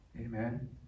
Amen